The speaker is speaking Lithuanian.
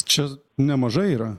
čia nemažai yra